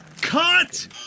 Cut